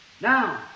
Now